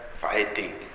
fighting